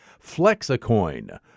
Flexacoin